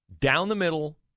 down-the-middle